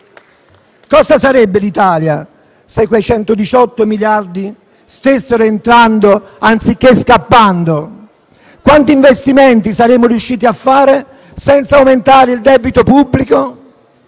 cosa sarebbe l'Italia se quei 118 miliardi stessero entrando anziché scappando e quanti investimenti saremmo riusciti a fare senza aumentare il debito pubblico.